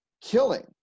killing